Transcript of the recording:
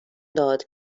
داد